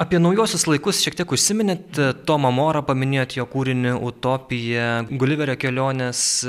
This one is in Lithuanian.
apie naujuosius laikus šiek tiek užsiminėt tomą morą paminėjot jo kūrinį utopija guliverio kelionės